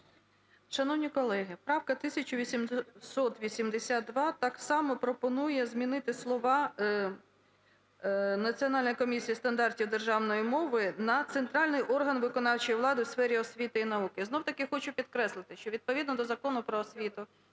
Шановні колеги, правка 1882 так само пропонує змінити слова "Національна комісія із стандартів державної мови" на "центральний орган виконавчої влади у сфері освіти і науки". Знову-таки, хочу підкреслити, що відповідно до Закону "Про освіту"